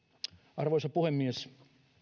arvoisa puhemies